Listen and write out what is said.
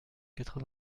quatre